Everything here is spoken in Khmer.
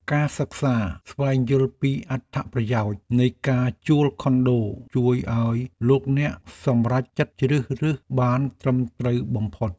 ការសិក្សាស្វែងយល់ពីអត្ថប្រយោជន៍នៃការជួលខុនដូជួយឱ្យលោកអ្នកសម្រេចចិត្តជ្រើសរើសបានត្រឹមត្រូវបំផុត។